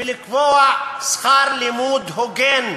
ולקבוע שכר לימוד הוגן.